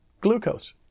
glucose